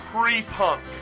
pre-punk